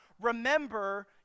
Remember